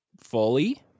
fully